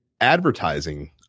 advertising